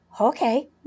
okay